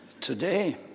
today